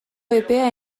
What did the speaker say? epea